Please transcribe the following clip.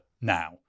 now